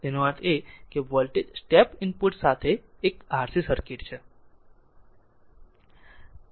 તેથી તેનો અર્થ એ કે વોલ્ટેજ સ્ટેપ ઇનપુટ સાથે એક RC સર્કિટ છે